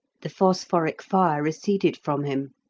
the phosphoric fire receded from him.